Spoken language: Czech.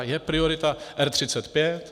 Je priorita R35?